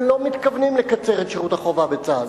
לא מתכוונים לקצר את שירות החובה בצה"ל,